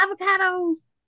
avocados